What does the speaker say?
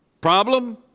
Problem